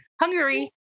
Hungary